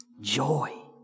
joy